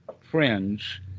friends